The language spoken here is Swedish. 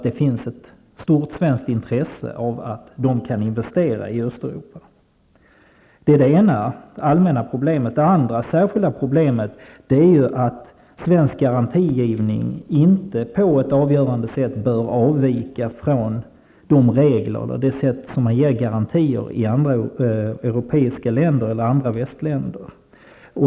Det finns ett stort svenskt intresse av att dessa företag kan investera i Ett annat problem är att svensk garantigivning inte på ett avgörande sätt bör avvika från de regler och det sätt på vilket man ger garantier i andra västländer.